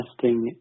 testing